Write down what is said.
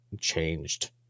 changed